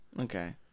Okay